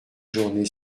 journée